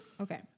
Okay